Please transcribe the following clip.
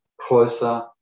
closer